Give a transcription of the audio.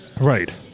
right